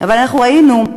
אבל אנחנו גם ראינו,